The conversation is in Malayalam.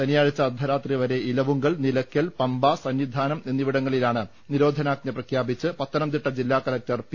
ശനിയാഴ്ച അർദ്ധരാത്രിവരെ ഇലവുങ്കൽ നിലയ്ക്കൽ പമ്പ സന്നിധാനം എന്നി വിടങ്ങളിലാണ് നിരോധനാജ്ഞ പ്രഖ്യാപിച്ച് പത്തനംതിട്ട ജില്ലാകലക്ടർ പി